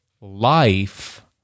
life